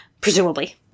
presumably